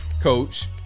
coach